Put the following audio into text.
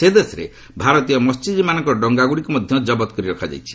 ସେ ଦେଶରେ ଭାରତୀୟ ମହ୍ୟଜୀବୀମାନଙ୍କର ଡଙ୍ଗାଗୁଡ଼ିକୁ ମଧ୍ୟ ଜବତ କରି ରଖାଯାଇଛି